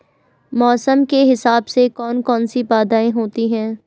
मौसम के हिसाब से कौन कौन सी बाधाएं होती हैं?